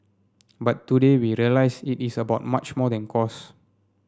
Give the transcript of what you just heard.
but today we realise it is about much more than cost